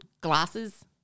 glasses